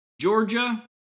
Georgia